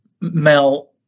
Mel